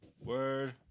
Word